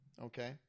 Okay